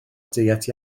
diet